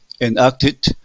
enacted